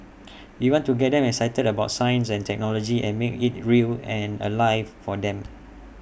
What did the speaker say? we want to get them excited about science and technology and make IT real and alive for them